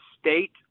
state